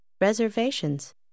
reservations